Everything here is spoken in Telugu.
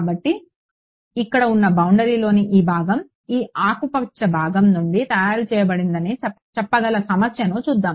కాబట్టి ఇక్కడ ఉన్న బౌండరీలోని ఈ భాగం ఈ ఆకుపచ్చ భాగం నుండి తయారు చేయబడిందని చెప్పగల సమస్యను చూద్దాం